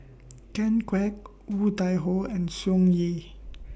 Ken Kwek Woon Tai Ho and Tsung Yeh